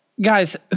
guys